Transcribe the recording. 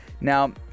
now